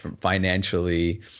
financially